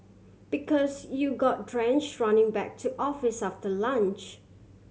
because you got drench running back to office after lunch